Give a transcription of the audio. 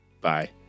Bye